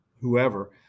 whoever